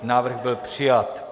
Návrh byl přijat.